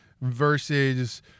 versus